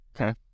okay